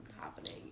happening